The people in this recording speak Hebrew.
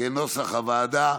כנוסח הוועדה,